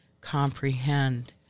comprehend